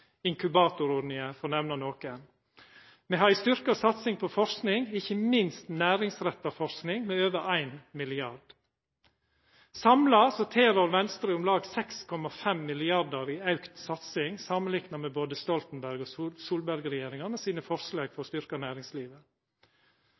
– for å nemna nokre. Me har ei styrkt satsing på forsking, ikkje minst næringsretta forsking, med over 1 mrd. kr. Samla tilrår Venstre om lag 6,5 mrd. kr i auka satsing samanlikna med både Stoltenberg-regjeringa og Solberg-regjeringa med sine forslag for å